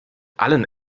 allen